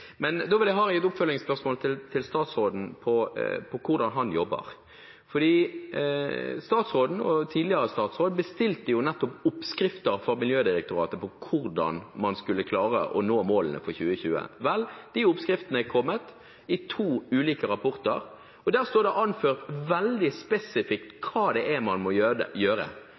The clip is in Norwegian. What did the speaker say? vil jeg ha et oppfølgingsspørsmål til statsråden om hvordan han jobber. For statsråden og tidligere statsråd bestilte oppskrifter fra Miljødirektoratet på hvordan man skulle klare å nå målene for 2020. Vel, de oppskriftene er kommet i to ulike rapporter, og der står det anført veldig spesifikt hva det er man må